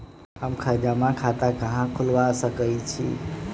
हम जमा खाता कहां खुलवा सकई छी?